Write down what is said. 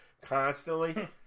constantly